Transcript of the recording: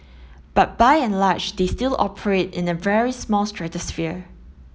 but by and large they still operate in a very small stratosphere